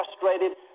frustrated